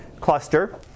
cluster